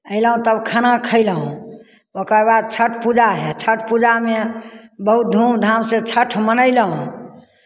अयलहुँ तब खाना खयलहुँ ओकर बाद छठि पूजा हए छठि पूजामे बहुत धूमधामसँ छठि मनयलहुँ